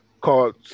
called